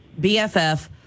BFF